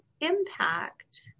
impact